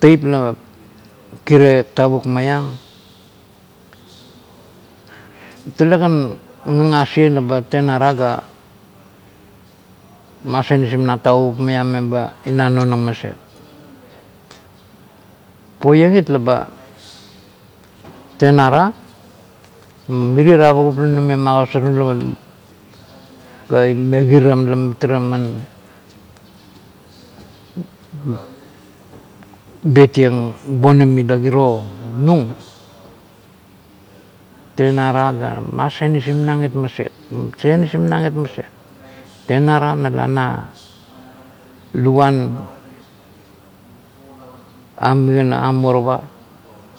Teip la kere tavuk maiang, talekan ngangasieng laba tenara ga ma senisim nang tevukup maiam meba ina nonenang maset. Puoieng it laba tenara mirie tavukup la nume magosarnung la ime kiram la mitara inan betieng bonim ila kiro nung, tenara ga ma senisim nang it maset, senisim nang it maset. Tenara nala na luguan ang migana, ang morova